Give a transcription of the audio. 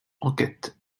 enquête